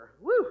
Woo